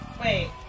Wait